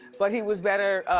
but he was better